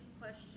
question